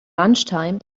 lunchtime